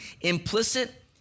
Implicit